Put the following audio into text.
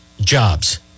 jobs